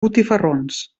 botifarrons